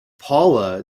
paula